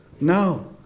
No